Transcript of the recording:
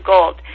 Gold